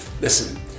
Listen